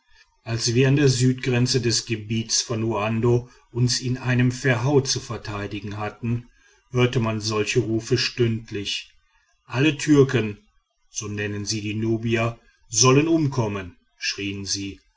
als wir an der südgrenze des gebiets von uando uns in einem verhau zu verteidigen hatten hörte man solche rufe stündlich alle türken so nennen sie die nubier sollen umkommen schrien sie